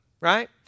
right